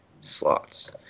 slots